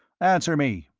answer me.